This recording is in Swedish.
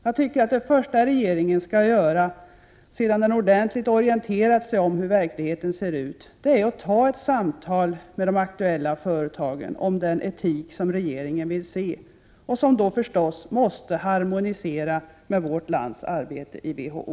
Jag anser att det första som regeringen skall göra, efter det att den ordentligt orienterat sig om hur verkligheten ser ut, är att samtala med de aktuella företagen om den etik som regeringen vill se och som då naturligtvis måste harmonisera med vårt lands arbete inom WHO.